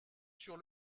sur